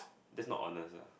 that's not honours ah